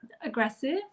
aggressive